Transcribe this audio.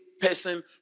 person